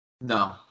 No